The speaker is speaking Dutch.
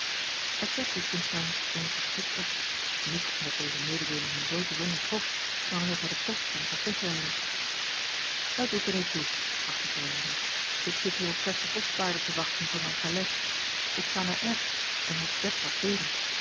eckbert witgensteyn sprong verschrikt op niet omdat deze mededeeling hem zoo bijzonder trof maar omdat hij de postkar zag wegrijden het doet er niet toe sprak de vreemdeling ik zit hier op versche postpaarden te wachten voor mijne calèche ik ga naar r en moet z passeeren